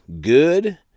good